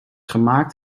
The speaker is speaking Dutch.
gemaakt